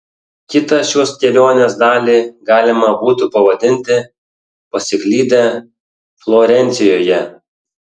kitą šios kelionės dalį galima būtų pavadinti pasiklydę florencijoje